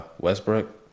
Westbrook